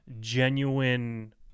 genuine